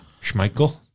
Schmeichel